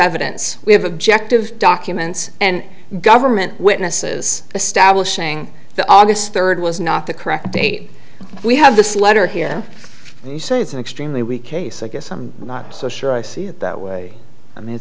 evidence we have objective documents and government witnesses establishing the august third was not the correct date we have this letter here and you say it's an extremely weak case so i guess i'm not so sure i see it that way i mean it